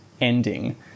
ending